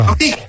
Okay